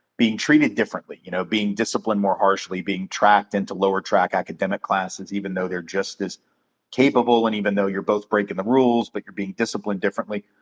being treated differently. you know, being disciplined more harshly, being tracked into lower tracked academic classes, even though they're just as capable, and even though you're both breaking the rules, but you're being disciplined differently.